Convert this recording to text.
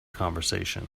conversation